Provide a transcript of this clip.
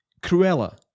Cruella